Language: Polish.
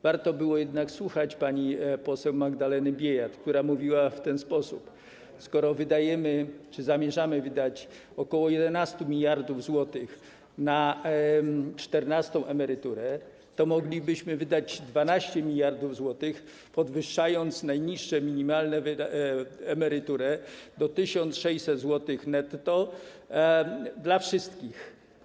Warto było jednak słuchać pani poseł Magdaleny Biejat, która mówiła w ten sposób: skoro wydajemy czy zamierzamy wydać ok. 11 mld zł na czternastą emeryturę, to moglibyśmy wydać 12 mld zł, podwyższając najniższe minimalne emerytury do 1600 zł netto dla wszystkich.